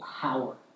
power